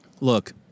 Look